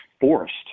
forest